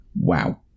Wow